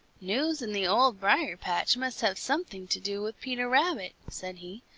news in the old briar-patch must have something to do with peter rabbit, said he.